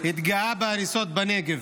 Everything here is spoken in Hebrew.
בהריסות בנגב.